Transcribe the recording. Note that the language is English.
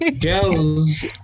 girls